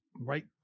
right